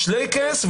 שלייקס,